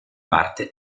parte